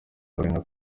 abaganga